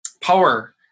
power